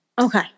Okay